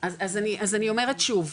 אז אני אומרת שוב,